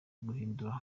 guhindura